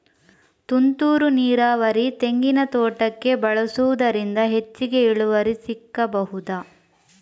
ತುಂತುರು ನೀರಾವರಿ ತೆಂಗಿನ ತೋಟಕ್ಕೆ ಬಳಸುವುದರಿಂದ ಹೆಚ್ಚಿಗೆ ಇಳುವರಿ ಸಿಕ್ಕಬಹುದ?